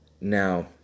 Now